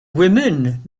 women